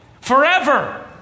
forever